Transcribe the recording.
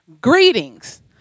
Greetings